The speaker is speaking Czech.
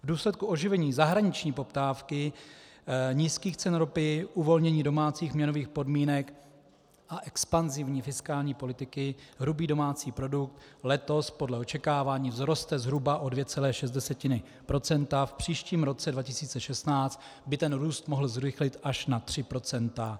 V důsledku oživení zahraniční poptávky, nízkých cen ropy, uvolnění domácích měnových podmínek a expanzivní fiskální politiky hrubý domácí produkt letos podle očekávání vzroste zhruba o 2,6 %, v příštím roce 2016 by ten růst mohl zrychlit až na 3 %.